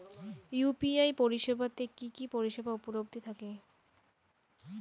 UPI পরিষেবা তে কি কি পরিষেবা উপলব্ধি থাকে?